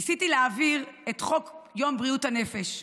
ניסיתי להעביר את חוק יום בריאות הנפש,